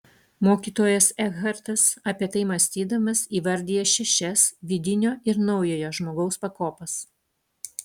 mokytojas ekhartas apie tai mąstydamas įvardija šešias vidinio ir naujojo žmogaus pakopas